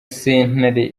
sentare